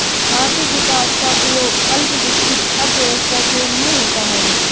आर्थिक विकास का प्रयोग अल्प विकसित अर्थव्यवस्था के लिए होता है